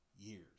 years